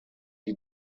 die